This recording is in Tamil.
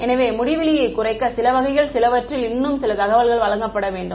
எனவே முடிவிலியை குறைக்க சில வகையில் சிலவற்றில் இன்னும் சில தகவல்கள் வழங்கப்பட வேண்டும்